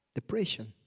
Depression